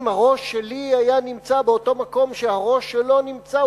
אם הראש שלי היה נמצא באותו מקום שהראש שלו נמצא,